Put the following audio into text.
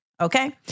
okay